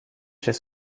chez